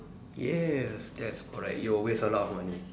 yes that's correct it will waste a lot of money